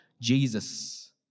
Jesus